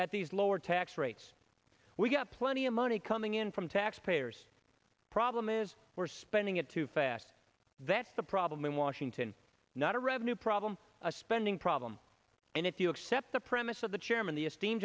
at these lower tax rates we've got plenty of money coming in from taxpayers problem is we're spending it too fast that's the problem in washington not a revenue problem a spending problem and if you accept the premise of the chairman the esteem